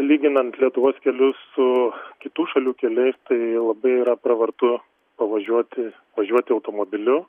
lyginant lietuvos kelius su kitų šalių keliais tai labai yra pravartu pavažiuoti važiuoti automobiliu